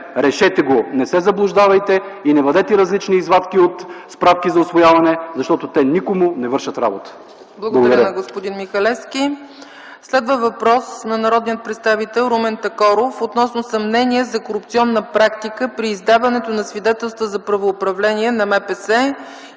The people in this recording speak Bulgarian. решете го!”. Не се заблуждавайте и не вадете различни извадки от справки за усвояване, защото те никому не вършат работа. Благодаря.